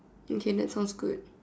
okay that sounds good